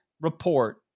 report